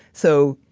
so,